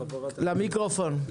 חברת הכנסת גבי לסקי,